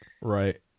Right